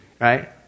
right